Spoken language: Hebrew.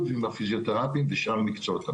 ועם הפיזיותרפיסטים ושאר מקצועות הבריאות.